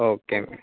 okay